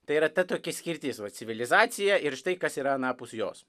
tai yra ta tokia skirtis vat civilizacija ir štai kas yra anapus jos